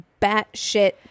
batshit